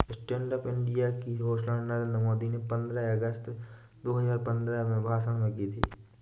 stand up India की घोषणा नरेंद्र मोदी ने पंद्रह अगस्त दो हजार पंद्रह में भाषण में की थी